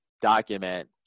document